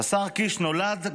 "השר קיש נולד,